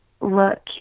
look